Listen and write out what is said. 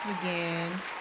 again